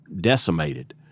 decimated